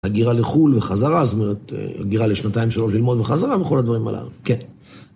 הגירה לחו"ל וחזרה, זאת אומרת, הגירה לשנתיים שלוש ללמוד וחזרה וכל הדברים הללו, כן.